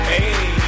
Hey